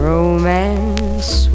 Romance